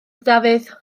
dafydd